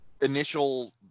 initial